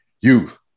Youth